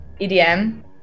EDM